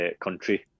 country